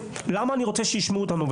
אני רוצה לומר לך למה אני רוצה שישמעו אותנו.